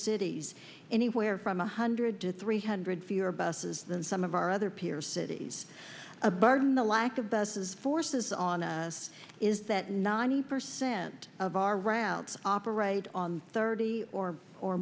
cities anywhere from one hundred to three hundred fewer buses than some of our other peer cities a burden the lack of the says forces on is that ninety percent of our routes operate on thirty or or